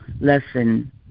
Lesson